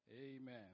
Amen